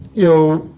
you know,